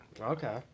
Okay